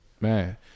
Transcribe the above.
man